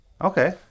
okay